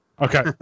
Okay